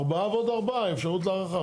ארבעה ועוד ארבעה אפשרות להארכה.